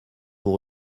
vous